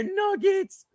nuggets